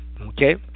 Okay